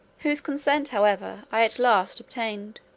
whose consent however i at last obtained,